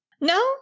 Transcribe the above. No